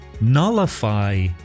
Nullify